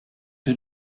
que